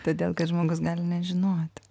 todėl kad žmogus gali nežinoti